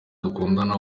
dukundana